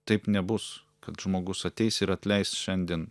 taip nebus kad žmogus ateis ir atleis šiandien